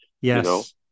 Yes